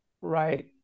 Right